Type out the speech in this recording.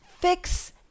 fix